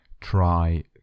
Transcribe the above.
try